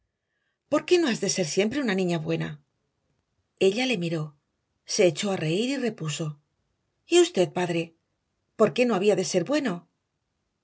por qué no has de ser siempre una niña buena ella le miró se echó a reír y repuso y usted padre por qué no había de ser bueno